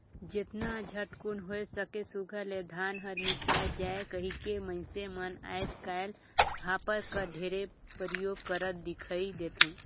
जेतना झटकुन होए सके सुग्घर ले धान हर मिसाए जाए कहिके मइनसे मन आएज काएल हापर कर ढेरे परियोग करत दिखई देथे